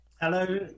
Hello